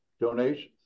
Donations